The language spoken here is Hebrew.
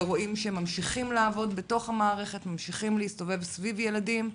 ורואים שהם ממשיכים לעבוד בתוך המערכת וממשיכים להסתובב סביב ילדים.